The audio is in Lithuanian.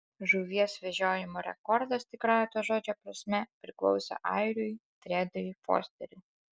žuvies vežiojimo rekordas tikrąja to žodžio prasme priklauso airiui fredui fosteriui